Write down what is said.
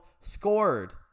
scored